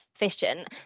efficient